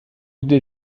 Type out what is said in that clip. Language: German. wieder